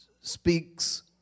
speaks